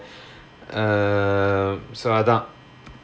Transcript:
err so அதா:athaa